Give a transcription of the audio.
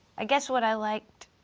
i guess what i liked